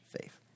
faith